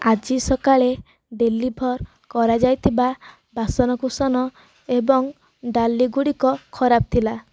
ଆଜି ସକାଳେ ଡେଲିଭର୍ କରାଯାଇଥିବା ବାସନକୁସନ ଏବଂ ଡାଲି ଗୁଡ଼ିକ ଖରାପ ଥିଲା